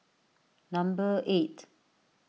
number eight